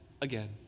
again